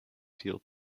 field